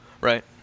Right